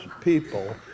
people